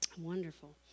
Wonderful